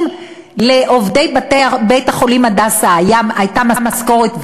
אם לעובדי בית-החולים הייתה משכורת,